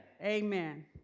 amen